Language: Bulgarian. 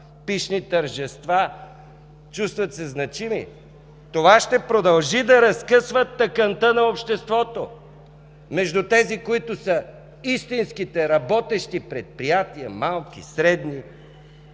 пищни тържества, чувстват се значими, това ще продължи да разкъсва тъканта на обществото между тези, които са истинските, работещи предприятия – малки, средни;